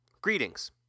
greetings